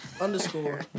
underscore